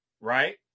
right